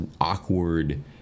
awkward